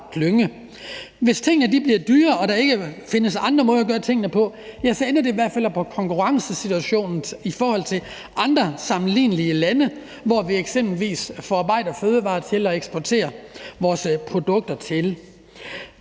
Hvis tingene bliver dyrere og der ikke findes andre måder at gøre tingene på, så ændrer det i hvert fald på konkurrencesituationen i forhold til andre sammenlignelige lande, som vi eksempelvis eksporterer forarbejdede fødevareprodukter til.